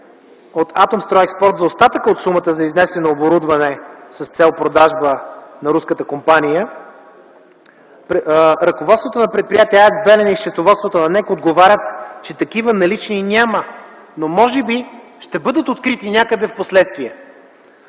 от „Атомстройекспорт” за остатъка от сумата за изнесено оборудване с цел продажба на руската компания, ръководството на предприятие „АЕЦ Белене” и счетоводството на НЕК отговарят, че такива налични няма, но може би ще бъдат открити някъде впоследствие.